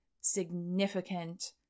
significant